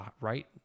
right